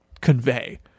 convey